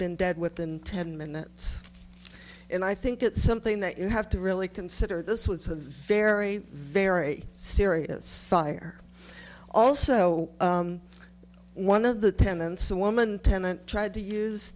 been dead within ten minutes and i think it's something that you have to really consider this was a very very serious fire also one of the tenants a woman tenant tried to use